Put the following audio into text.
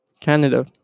Canada